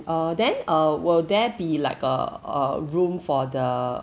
uh then uh will there be like a a room for the